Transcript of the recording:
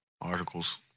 articles